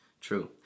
True